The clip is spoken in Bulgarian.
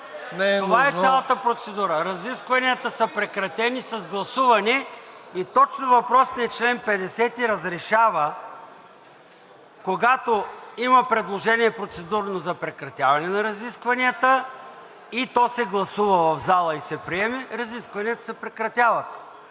Това е цялата процедура. Разискванията са прекратени с гласуване и точно въпросният чл. 50 разрешава, когато има процедурно предложение за прекратяване на разискванията и то се гласува в залата и се приеме, разискванията се прекратяват.